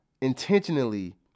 intentionally